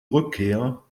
rückkehr